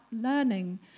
learning